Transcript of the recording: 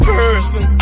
person